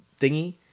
thingy